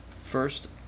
first